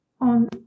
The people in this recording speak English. on